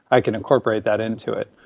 i can incorporate that into it.